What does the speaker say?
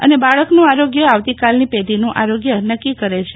અને બાળકનું આરોગ્ય આવતીકાલની પેઢીનું આરોગ્ય નક્કી કરે છે